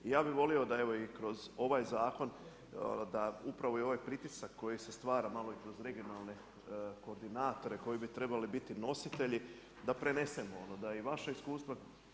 I ja bih volio da i kroz ovaj zakon da upravo ovaj pritisak koji se stvara i kroz regionalne koordinatore koji bi trebali biti nositelji da prenesemo da i vaša iskustva.